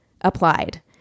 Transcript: applied